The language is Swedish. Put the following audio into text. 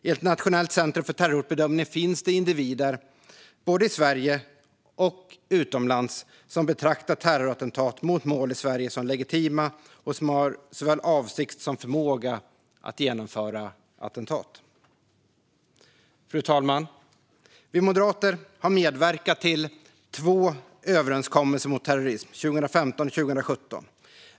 Enligt Nationellt centrum för terrorhotbedömning finns det individer både i Sverige och utomlands som betraktar terrorattentat mot mål i Sverige som legitima och som har såväl avsikt som förmåga att genomföra attentat. Fru talman! Vi moderater har medverkat till två överenskommelser mot terrorism, 2015 och 2017.